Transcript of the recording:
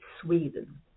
Sweden